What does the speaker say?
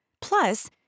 Plus